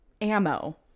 ammo